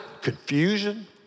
confusion